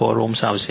4 Ω આવશે